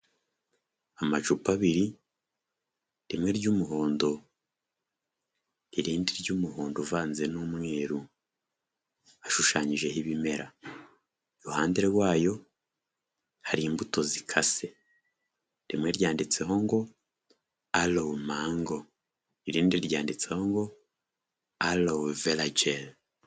Amacupa abiri rimwe ry'umuhondo irindi ry'umuhondo uvanze n'umweru, ashushanyijeho ibimera, iruhande rwayo hari imbuto zikase rimwe ryanditseho ngo arowu mango, irindi ryanditseho ngo alowu velageri.